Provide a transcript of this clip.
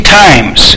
times